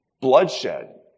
bloodshed